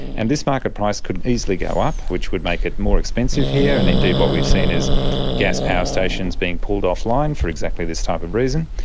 and this market price could easily go up, which would make it more expensive here, and indeed what we've seen is gas power stations being pulled off-line for exactly this type of reason.